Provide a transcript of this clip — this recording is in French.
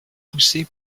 pousser